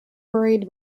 worried